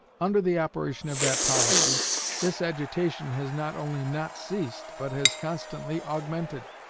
under the operation of that policy this agitation has not only not ceased but has constantly augmented.